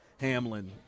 Hamlin